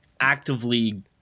actively